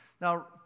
Now